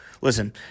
Listen